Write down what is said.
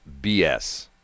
BS